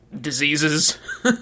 diseases